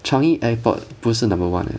changi airport 不是 number one eh